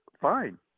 fine